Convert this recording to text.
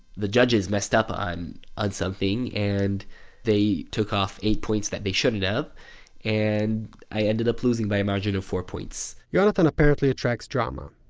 the judges messed up on on something and they took off eight points that they shouldn't have and i ended up losing by a margin of four points yonatan apparently attracts drama.